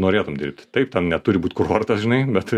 norėtum dirbti taip ten neturi būti kurortas žinai bet